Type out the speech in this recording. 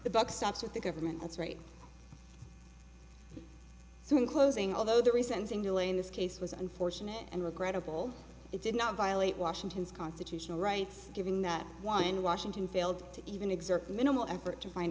the buck stops with the government that's right so in closing although the reason singularly in this case was unfortunate and regrettable it did not violate washington's constitutional rights given that one washington failed to even exert minimal effort to find